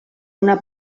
una